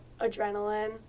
adrenaline